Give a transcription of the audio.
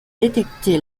détecté